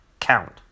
count